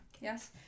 Yes